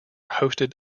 hosted